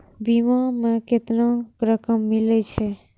बीमा में केतना रकम मिले छै?